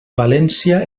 valència